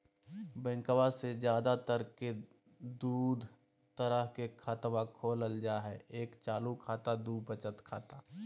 बैंकवा मे ज्यादा तर के दूध तरह के खातवा खोलल जाय हई एक चालू खाता दू वचत खाता